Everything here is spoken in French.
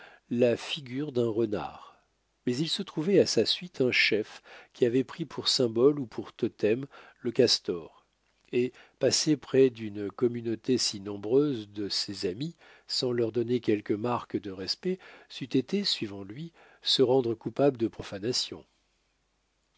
la figure d'un renard mais il se trouvait à sa suite un chef qui avait pris pour symbole ou pour totem le castor et passer près d'une communauté si nombreuse de ses amis sans leur donner quelque marque de respect c'eût été suivant lui se rendre coupable de profanation